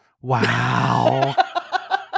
Wow